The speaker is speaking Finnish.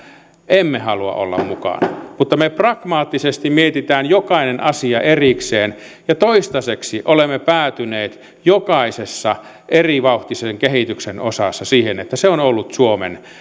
emme halua olla mukana mutta me pragmaattisesti mietimme jokaisen asian erikseen ja toistaiseksi olemme päätyneet jokaisessa erivauhtisen kehityksen osassa siihen että se on ollut suomen